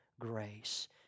grace